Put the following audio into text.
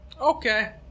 Okay